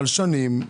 במשך שנים,